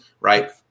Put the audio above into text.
right